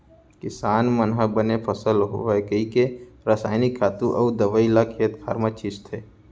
किसान मन ह बने फसल होवय कइके रसायनिक खातू अउ दवइ ल खेत खार म छींचथे